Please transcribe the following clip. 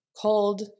cold